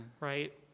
right